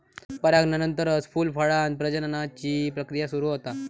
परागनानंतरच फूल, फळांत प्रजननाची प्रक्रिया सुरू होता